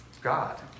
God